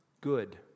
Good